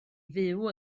fyw